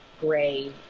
gray